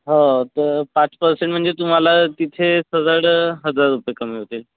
हो तर पाच पर्सेंट म्हणजे तुम्हाला तिथे सरळ हजार रुपये कमी होतील